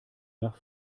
nach